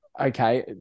okay